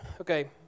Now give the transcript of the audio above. Okay